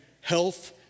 health